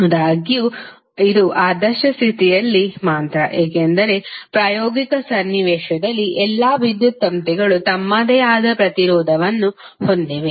ಆದಾಗ್ಯೂ ಇದು ಆದರ್ಶ ಸ್ಥಿತಿಯಲ್ಲಿ ಮಾತ್ರ ಏಕೆಂದರೆ ಪ್ರಾಯೋಗಿಕ ಸನ್ನಿವೇಶದಲ್ಲಿ ಎಲ್ಲಾ ವಿದ್ಯುತ್ ತಂತಿಗಳು ತಮ್ಮದೇ ಆದ ಪ್ರತಿರೋಧವನ್ನು ಹೊಂದಿವೆ